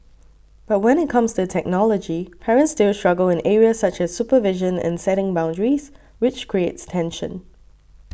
but when it comes to technology parents still struggle in areas such as supervision and setting boundaries which creates tension